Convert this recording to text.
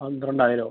പന്ത്രണ്ടായിരമൊ